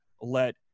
let